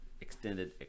extended